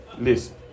listen